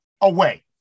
away